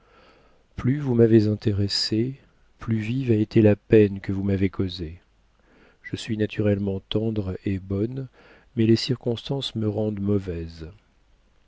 plus vous m'avez intéressée plus vive a été la peine que vous m'avez causée je suis naturellement tendre et bonne mais les circonstances me rendent mauvaise